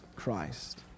Christ